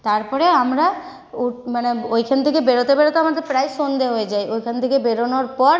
তারপরে আমরা উঠ মানে ওইখান থেকে বেরোতে বেরোতে আমাদের প্রায় সন্ধে হয়ে যায় ওইখান থেকে বেরোনোর পর